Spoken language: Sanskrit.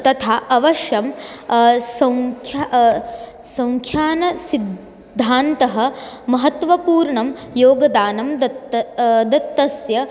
तथा अवश्यं संख्या संख्यानसिद्धान्तः महत्त्वपूर्णं योगदानं दत्त दत्तस्य